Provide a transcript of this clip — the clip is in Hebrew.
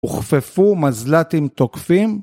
‫הוכפפו מזל"טים תוקפים?